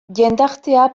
jendartea